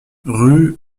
rue